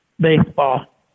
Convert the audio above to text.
baseball